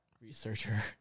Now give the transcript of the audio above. Researcher